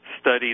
study